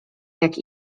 jak